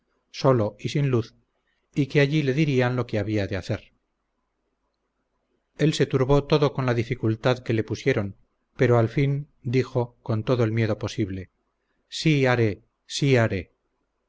solo y sin luz y que allí le dirían lo que había de hacer él se turbó todo con la dificultad que le pusieron pero al fin dijo con todo el miedo posible sí haré sí haré